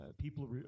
people